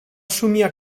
somniar